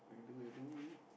that will do